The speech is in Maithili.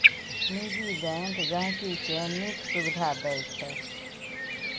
निजी बैंक गांहिकी केँ नीक सुबिधा दैत छै